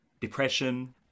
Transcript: depression